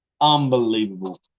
Unbelievable